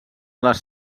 les